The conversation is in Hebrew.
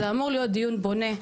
זה אמור להיות דיון בונה,